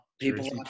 People